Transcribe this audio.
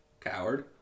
Coward